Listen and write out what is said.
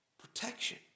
Protection